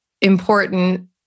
important